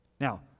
Now